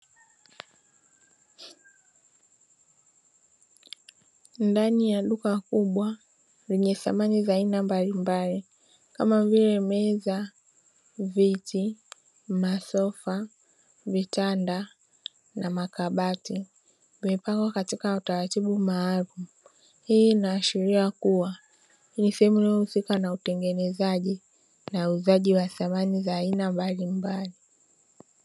Ndani ya duka kubwa lenye samani za aina mbalimbali kama vile meza, viti, masofa, vitanda na makabati. vimepangwa katika utaratibu maalumu, hii inaashiria kuwa ni sehemu inayohusika na utengenezaji na uuzaji wa samani za aina mbalimbali.